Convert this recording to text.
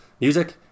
music